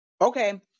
Okay